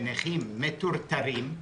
שנכים מטורטרים.